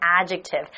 adjective